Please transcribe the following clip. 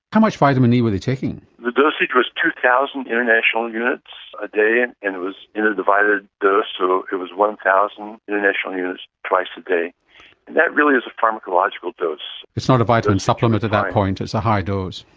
how much vitamin e where they taking? the dosage was two thousand international units a day and and it was in a divided dose, so it was one thousand international units twice a day, and that really is a pharmacological dose. it's not a vitamin supplement at that point, it's a high dose.